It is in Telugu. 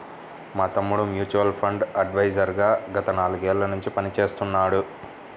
మా తమ్ముడు మ్యూచువల్ ఫండ్ అడ్వైజర్ గా గత నాలుగేళ్ళ నుంచి పనిచేస్తున్నాడు